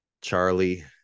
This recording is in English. Charlie